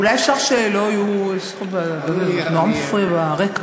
אולי אפשר שלא יהיו, זה נורא מפריע ברקע.